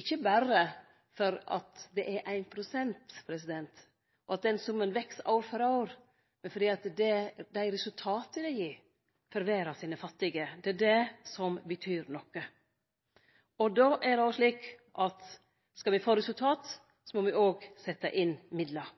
ikkje berre fordi det er 1 pst., og at den summen veks år for år, men fordi det er dei resultata dette gir for verdas fattige, som betyr noko. Og skal me få resultat, må me òg sette inn midlar.